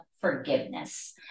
forgiveness